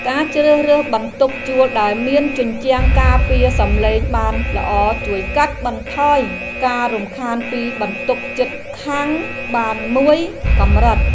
ការជ្រើសរើសបន្ទប់ជួលដែលមានជញ្ជាំងការពារសំឡេងបានល្អជួយកាត់បន្ថយការរំខានពីបន្ទប់ជិតខាងបានមួយកម្រិត។